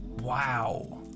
Wow